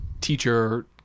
teacher –